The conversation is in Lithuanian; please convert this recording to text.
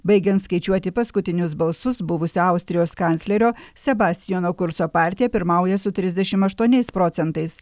baigiant skaičiuoti paskutinius balsus buvusio austrijos kanclerio sebastiano kurco partija pirmauja su trisdešim aštuoniais procentais